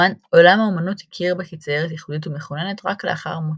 עולם האמנות הכיר בה כציירת ייחודית ומחוננת רק לאחר מותה,